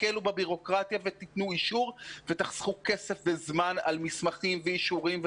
תקלו בבירוקרטיה ותנו אישור ותחסכו כסף וזמן על מסמכים ואישורים.